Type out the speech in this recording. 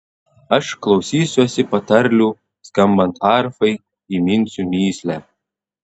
aš klausysiuosi patarlių skambant arfai įminsiu mįslę